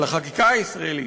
על החקיקה הישראלית,